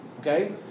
okay